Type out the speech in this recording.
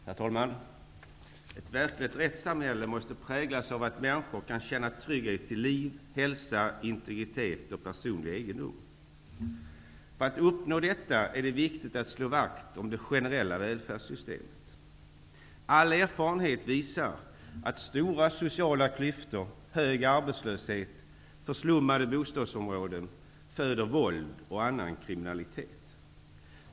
Herr talman! Ett verkligt rättssamhälle måste präglas av att människor kan känna trygghet till liv, hälsa, integritet och personlig egendom. För att uppnå detta är det viktigt att slå vakt om det generella välfärdssystemet. All erfarenhet visar att stora sociala klyftor, hög arbetslöshet och förslummade bostadsområden föder våld och annan kriminalitet.